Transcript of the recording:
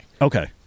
Okay